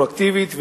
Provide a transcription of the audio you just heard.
רטרואקטיבית,